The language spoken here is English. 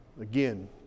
again